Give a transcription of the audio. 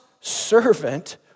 servant